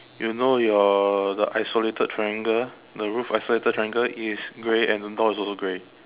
you know your the isolated triangle the roof isolated triangle is grey and the door is also grey